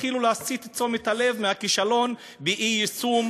התחילו להסיט את תשומת הלב מהכישלון של אי-יישום